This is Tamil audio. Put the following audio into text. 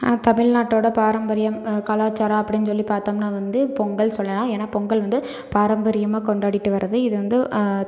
தமிழ்நாட்டோடய பாரம்பரியம் கலாச்சாரம் அப்படின்னு சொல்லி பார்த்தோம்னா வந்து பொங்கல் சொல்லலாம் ஏன்னா பொங்கல் வந்து பாரம்பரியமாக கொண்டாடிட்டு வரது இது வந்து